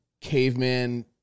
caveman